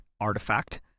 artifact